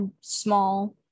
small